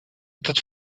этот